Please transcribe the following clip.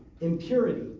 impurity